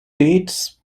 dates